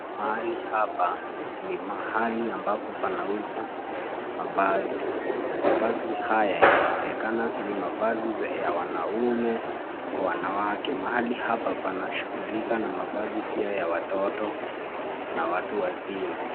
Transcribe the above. Mahali hapa, ni mahali ambapo panauza mavazi. Mavazi haya yanaonekana ni mavazi ya wanaume, kwa wanawake. Mahali hapa panashughulika na mavazi pia ya watoto na watu wazima.